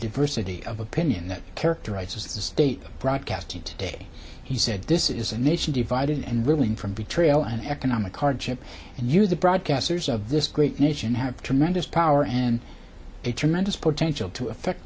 diversity of opinion that characterizes the state of broadcasting today he said this is a nation divided and reeling from betrayal and economic hardship and you the broadcasters of this great nation have tremendous power and a tremendous potential to effect